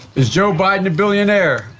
is joe biden a billionaire?